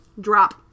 Drop